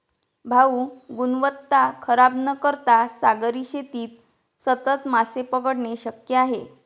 भाऊ, गुणवत्ता खराब न करता सागरी शेतीत सतत मासे पकडणे शक्य आहे